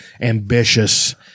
ambitious